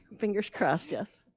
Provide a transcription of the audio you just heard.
fingers crossed, yes.